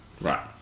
Right